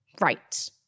right